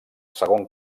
segon